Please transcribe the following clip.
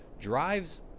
drives